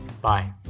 Bye